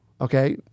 Okay